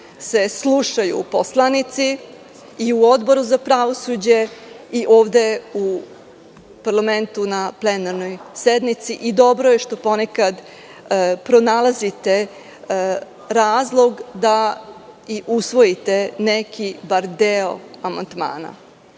se slušaju poslanici, i Odboru za pravosuđe i ovde u parlamentu na plenarnoj sednici, i dobro je što ponekad pronalazite razlog da i usvojite neki, bar deo amandmana.U